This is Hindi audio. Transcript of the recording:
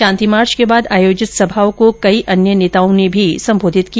शांति मार्च के बाद आयोजित सभा को कई अन्य नेताओं ने भी संबोधित किया